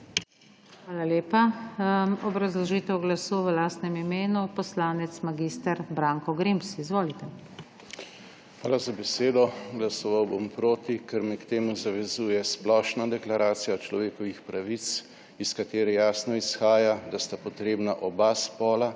Hvala lepa. Obrazložitev glasu v lastnem imenu ima poslanec mag. Branko Grims. Izvolite. MAG. BRANKO GRIMS (PS SDS): Hvala za besedo. Glasoval bom proti, ker me k temu zavezuje Splošna deklaracija človekovih pravic, iz katere jasno izhaja, da sta potrebna oba spola,